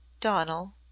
Donal